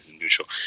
neutral